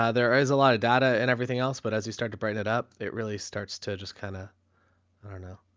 ah there is a lot of data and everything else, but as you start to brighten it up, it really starts to just kinda, i don't know,